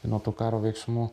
nuo tų karo veiksmų